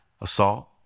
assault